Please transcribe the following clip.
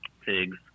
pigs